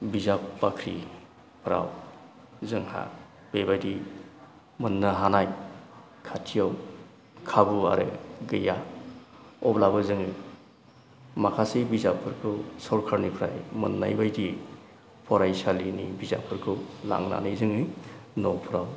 बिजाब बाख्रिफोराव जोंहा बेबायदि मोननो हानाय खाथिआव खाबु आरो गैया अब्लाबो जोङो माखासे बिजाबफोरखौ सरखारनिफ्राय मोननाय बायदि फरायसालिनि बिजाबफोरखौ लांनानै जोङो न'फ्राव